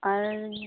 ᱟᱨ